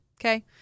okay